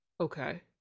Okay